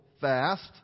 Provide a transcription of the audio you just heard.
fast